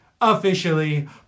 officially